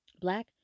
Black